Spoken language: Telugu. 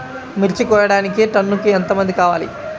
మిర్చి కోయడానికి టన్నుకి ఎంత మంది కావాలి?